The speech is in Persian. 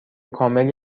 کاملی